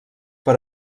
per